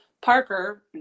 Parker